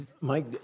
Mike